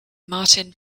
martin